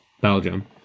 belgium